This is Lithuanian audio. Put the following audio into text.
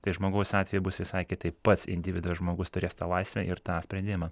tai žmogaus atveju bus visai kitaip pats individas žmogus turės tą laisvę ir tą sprendimą